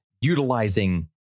utilizing